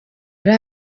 ari